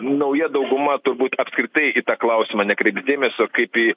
nauja dauguma turbūt apskritai į tą klausimą nekreips dėmesio kaip į